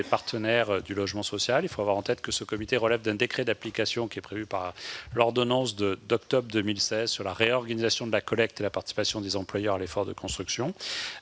partenaires du logement social. Il faut avoir en tête que ce comité relève d'un décret d'application prévu par l'ordonnance du 20 octobre 2016 relative à la réorganisation de la collecte de la participation des employeurs à l'effort de construction.